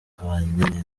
babanye